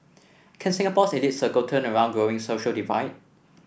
can Singapore's elite circle turn around growing social divide